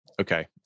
Okay